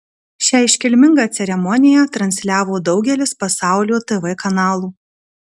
šią iškilmingą ceremoniją transliavo daugelis pasaulio tv kanalų